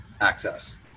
access